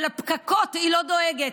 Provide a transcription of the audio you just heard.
ולפקקות היא לא דואגת.